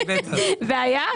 לא,